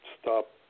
stop